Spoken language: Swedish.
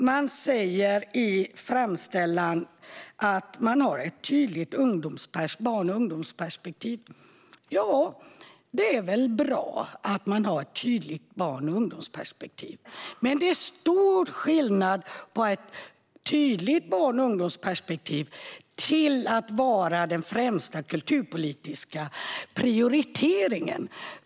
Man säger i framställan att man har ett tydligt barn och ungdomsperspektiv. Ja, det är väl bra att man har ett tydligt barn och ungdomsperspektiv, men det är stor skillnad på att ha ett tydligt barn och ungdomsperspektiv och att göra detta till den främsta kulturpolitiska prioriteringen.